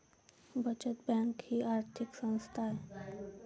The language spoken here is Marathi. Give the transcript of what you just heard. बचत बँक ही आर्थिक संस्था आहे